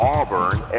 Auburn